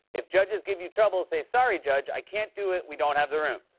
if judges give you trouble, say, sorry, judge, i can't do it, we don't have the room.